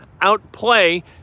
outplay